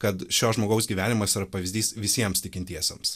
kad šio žmogaus gyvenimas yra pavyzdys visiems tikintiesiems